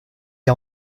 été